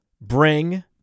bring